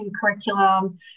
curriculum